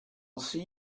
see